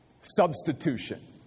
substitution